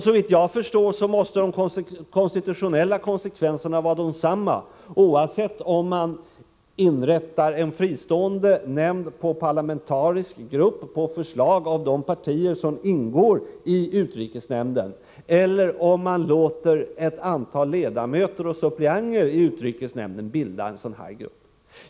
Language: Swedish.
Såvitt jag förstår måste de konstitutionella konsekvenserna vara desamma oavsett om man inrättar en fristående nämnd på parlamentarisk grund — på förslag av de partier som ingår i utrikesnämnden — eller om man låter ett antal ledamöter och suppleanter i utrikesnämnden bilda en särskild grupp.